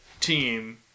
team